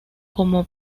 como